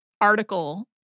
article